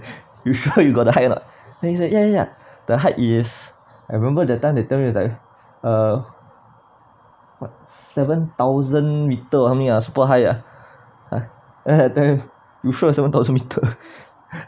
you sure you gotta the height or not then he say ya ya the height is I remember that time they tell me is like uh seven thousand metre how many uh super high ah then you sure seven thousand metre